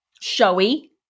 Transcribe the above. showy